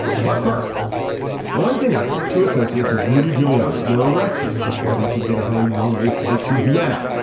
but first on wednesday night two associates of rudy giuliani were arrested before they could get on a one way flight to vienna.